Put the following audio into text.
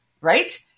Right